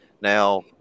now